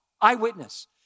eyewitness